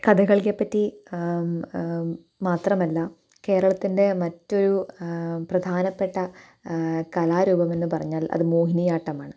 കഥകളിയെപ്പറ്റി മാത്രമല്ല കേരളത്തിന്റെ മറ്റൊരു പ്രധാനപ്പെട്ട കലാരൂപമെന്നു പറഞ്ഞാല് അതു മോഹിനിയാട്ടമാണ്